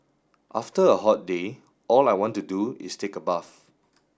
after a hot day all I want to do is take a bath